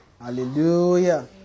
Hallelujah